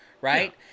right